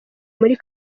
muri